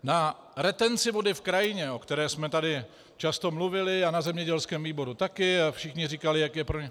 Na retenci vody v krajině, o které jsme tady často mluvili a na zemědělském výboru také, a všichni říkali, jak je pro ně...